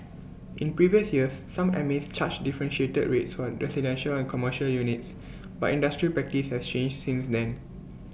in previous years some mas charged differentiated rates for residential and commercial units but industry practice has changed since then